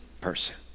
person